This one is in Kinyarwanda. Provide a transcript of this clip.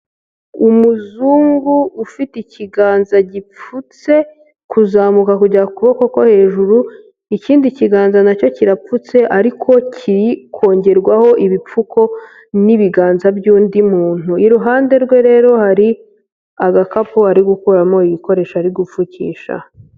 Umuzungu ufite ikiganza gipfutse kuzamuka kugera kuboko ko hejuru, ikindi kiganza na cyo kirapfutse ariko kirikongerwaho ibipfuko n'ibiganza by'undi muntu, iruhande rwe rero hari agakapu ari gukuramo ibikoresho ari gupfukisha.